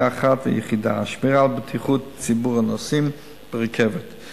היא אחת ויחידה: השמירה על בטיחות ציבור הנוסעים ברכבות.